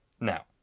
now